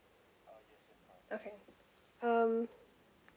okay um